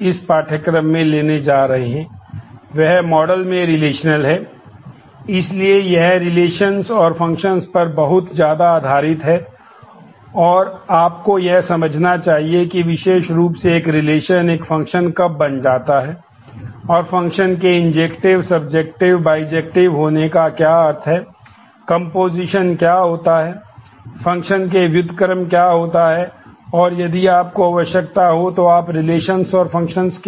इसलिए यह रिलेशंस के